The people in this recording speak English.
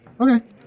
Okay